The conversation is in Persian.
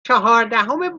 چهاردهم